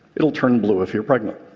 it'll turn blue if you're pregnant.